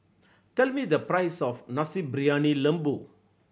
tell me the price of Nasi Briyani Lembu